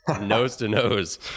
nose-to-nose